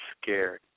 scared